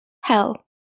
Hell